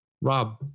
Rob